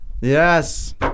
Yes